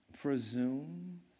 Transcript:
presume